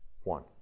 One